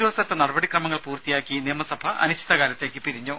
ദിവസത്തെ നടപടിക്രമങ്ങൾ പൂർത്തിയാക്കി നിയമസഭ ഒരു അനിശ്ചിതകാലത്തേക്ക് പിരിഞ്ഞു